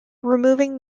removing